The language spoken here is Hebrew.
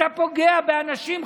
אתה פוגע באנשים חיים.